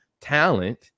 talent